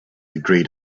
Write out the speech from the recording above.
agreed